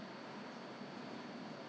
not sure 不知道